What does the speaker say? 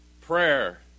prayer